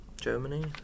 Germany